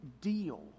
deal